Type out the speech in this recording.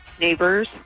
neighbors